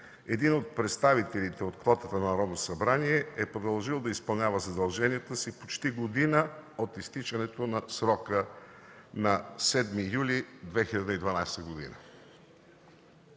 един от представителите от квотата на Народното събрание е продължил да изпълнява задълженията си почти година от изтичането на срока на 7 юли 2012 г.